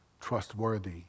trustworthy